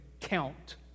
count